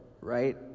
right